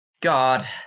god